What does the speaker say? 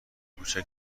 کوچک